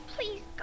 Please